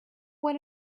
what